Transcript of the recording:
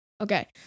Okay